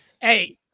Hey